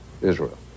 Israel